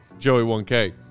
Joey1K